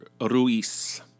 Ruiz